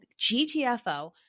GTFO